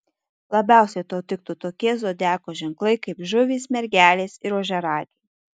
labiausiai tau tiktų tokie zodiako ženklai kaip žuvys mergelės ir ožiaragiai